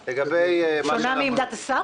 --- אני רוצה לשאול אם גם סוגיית החקלאים